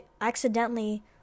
accidentally